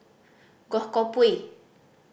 Goh Koh Pui